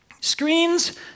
Screens